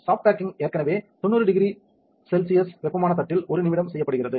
soft baking ஏற்கனவே 900 C வெப்பமான தட்டில் 1 நிமிடம் செய்யப்படுகிறது